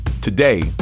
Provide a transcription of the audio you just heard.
Today